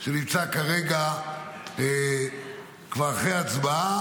שנמצא כרגע כבר אחרי הצבעה,